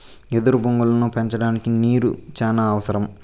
ఎదురు బొంగులను పెంచడానికి నీరు చానా అవసరం